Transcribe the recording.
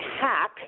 hack